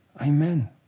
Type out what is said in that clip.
Amen